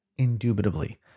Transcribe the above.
indubitably